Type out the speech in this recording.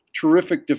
terrific